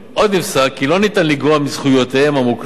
עוד נפסק כי לא ניתן לגרוע מזכויותיהם המוקנות של